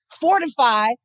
fortify